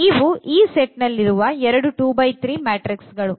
ಇವು ಈ ಸೆಟ್ ನಲ್ಲಿರುವ ಎರಡು 2x3 ಮ್ಯಾಟ್ರಿಕ್ಸ್ ಗಳು